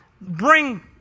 bring